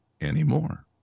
anymore